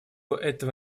этого